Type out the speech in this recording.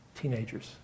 teenagers